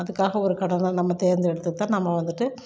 அதுக்காக ஒரு கடன் தான் நம்ம தேர்ந்தெடுத்து தான் நம்ம வந்துவிட்டு